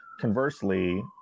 conversely